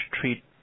treat